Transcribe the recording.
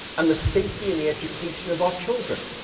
and the safety and the education of our children.